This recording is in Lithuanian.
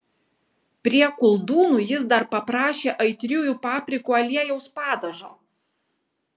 prie koldūnų jis dar paprašė aitriųjų paprikų aliejaus padažo